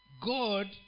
God